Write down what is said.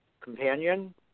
companion